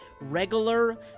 regular